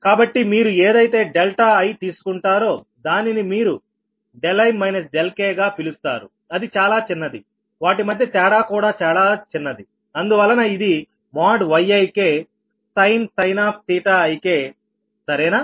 కాబట్టి మీరు ఏదైతే డెల్టా i తీసుకుంటారో దానిని మీరు i k గా పిలుస్తారుఅది చాలా చిన్నది వాటి మధ్య తేడా కూడా చాలా చిన్నది అందువలన ఇది Yiksin సరేనా